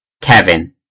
Kevin